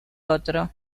otro